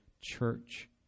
church